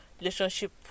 relationship